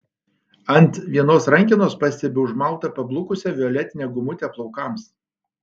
ant vienos rankenos pastebiu užmautą pablukusią violetinę gumutę plaukams